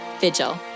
Vigil